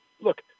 Look